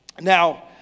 Now